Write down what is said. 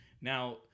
Now